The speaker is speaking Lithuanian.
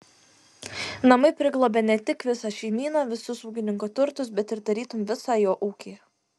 namai priglobia ne tik visą šeimyną visus ūkininko turtus bet ir tarytum visą jo ūkį